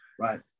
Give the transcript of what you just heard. Right